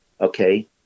okay